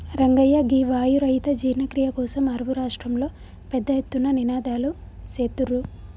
రంగయ్య గీ వాయు రహిత జీర్ణ క్రియ కోసం అరువు రాష్ట్రంలో పెద్ద ఎత్తున నినాదలు సేత్తుర్రు